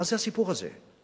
מה זה הסיפור הזה?